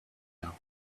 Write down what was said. now